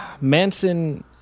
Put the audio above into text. Manson